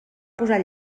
posar